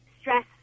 stress